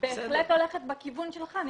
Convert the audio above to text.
בהחלט הולכת בכיוון שלך.